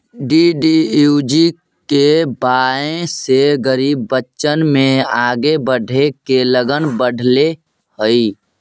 DDUGKY से गरीब बच्चन में आगे बढ़े के लगन बढ़ले हइ